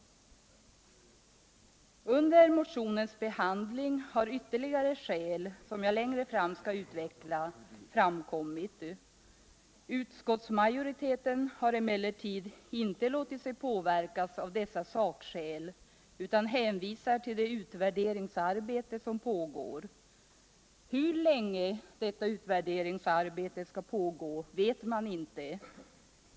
Under motionens behandling har ytterligare skäl — som jag längre fram skall utveckla — framkommit. Utskottsmajoriteten har emellertid inte låtit sig påverkas av dessa sakskäl utan hänvisar till det utvärderingsarbete som pågår. Hur länge detta utvärderingsarbete skall pågå vet man inte.